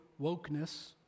wokeness